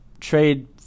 trade